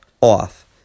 off